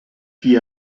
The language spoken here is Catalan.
qui